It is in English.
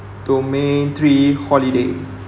domain three holiday